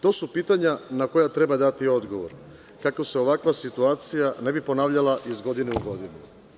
To su pitanja na koja treba dati odgovor, kako se ovakva situacija ne bi ponavljala iz godine u godinu.